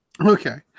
Okay